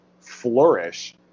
flourish